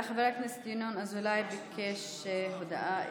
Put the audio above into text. חבר הכנסת ינון אזולאי ביקש הודעה אישית.